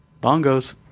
bongos